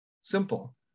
Simple